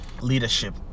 leadership